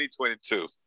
2022